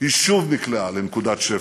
היא שוב נקלעה לנקודת שפל: